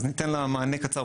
אז ניתן לה מענה קצר,